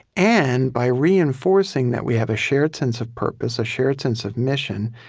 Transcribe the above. and, by reinforcing that we have a shared sense of purpose, a shared sense of mission,